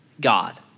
God